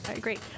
Great